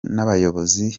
n’abayobozi